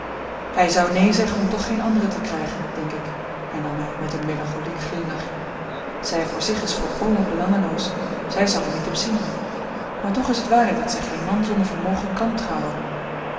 hij zou neen zeggen om toch geen andere te krijgen denk ik hernam hij met een melancholiek glimlachje zij voor zich is volkomen belangeloos zij zal er niet op zien maar toch is het waarheid dat zij geen man zonder vermogen kàn trouwen